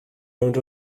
rownd